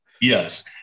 Yes